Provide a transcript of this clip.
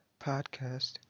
Podcast